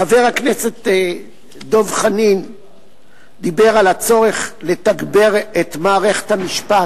חבר הכנסת דב חנין דיבר על הצורך לתגבר את מערכת המשפט,